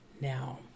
now